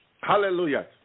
Hallelujah